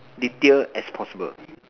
detail as possible